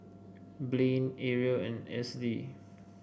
Blaine Arielle and Esley